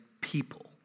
people